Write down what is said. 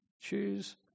choose